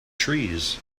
trees